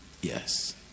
yes